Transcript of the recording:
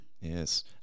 Yes